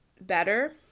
better